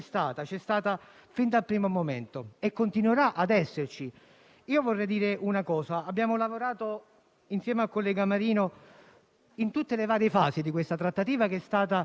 c'è stata, altrimenti questo provvedimento, che non serve alla maggioranza ma al Paese, oggi avrebbe avuto difficoltà nella sua discussione.